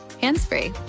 hands-free